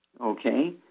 okay